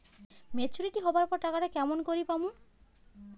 Maturity হবার পর টাকাটা কেমন করি পামু?